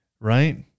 right